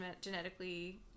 genetically